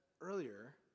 earlier